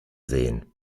sehen